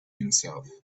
himself